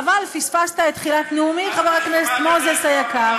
חבל, פספסת את תחילת נאומי, חבר הכנסת מוזס היקר.